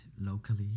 locally